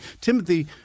Timothy—